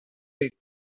pig